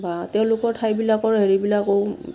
বা তেওঁলোকৰ ঠাইবিলাকৰ হেৰিবিলাকো